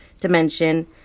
dimension